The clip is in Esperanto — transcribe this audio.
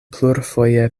plurfoje